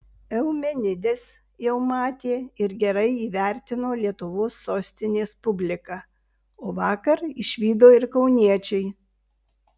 eumenides jau matė ir gerai įvertino lietuvos sostinės publika o vakar išvydo ir kauniečiai